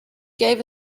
gave